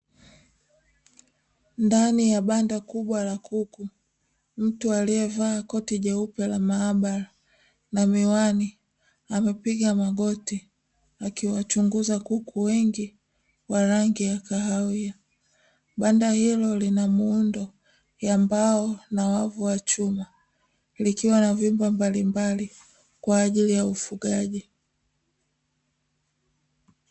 Ndani ya banda kubwa la kuku, mtu aliyevaa koti jeupe la maabara na miwani amepiga magoti akiwachunguza kuku wengi wa rangi ya kahawia. Banda hilo linamuundo ya mbao na wavu wa chuma, likiwa na vyumba mbalimbali kwa ajili ya ufugaji.